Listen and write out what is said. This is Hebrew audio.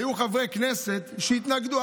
היו חברי כנסת שהתנגדו.